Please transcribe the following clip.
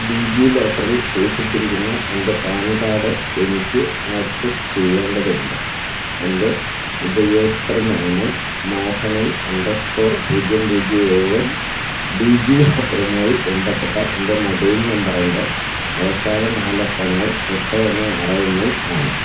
ഡീജിലോക്കറിൽ സൂക്ഷിച്ചിരിക്കുന്ന എൻ്റെ PAN card എനിക്ക് ആക്സസ് ചെയ്യേണ്ടതുണ്ട് എൻ്റെ ഉപയോക്തൃ നാമം മോഹനൻ അണ്ടർസ്കോർ പൂജ്യം പൂജ്യം ഏഴും ഡീജി ലോക്കറുമായി ബന്ധപ്പെട്ട എൻ്റെ മൊബൈൽ നമ്പറിൻ്റെ അവസാന നാലക്കങ്ങൾ എട്ട് ഒന്ന് ആറ് ഒന്നും ആണ്